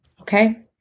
Okay